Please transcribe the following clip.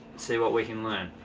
see what we can learn